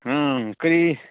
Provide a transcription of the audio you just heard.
ꯍꯨꯝ ꯀꯔꯤ